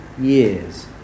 years